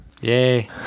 Yay